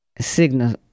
Signal